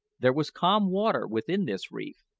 there was calm water within this reef,